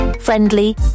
friendly